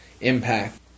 impact